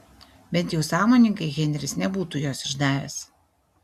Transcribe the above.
bent jau sąmoningai henris nebūtų jos išdavęs